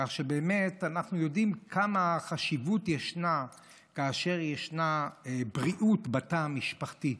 כך שבאמת אנחנו יודעים כמה חשיבות ישנה לבריאות בתא המשפחתי.